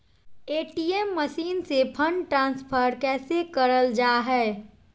ATM machine से fund transfer कैसे करल जा है?